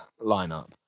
lineup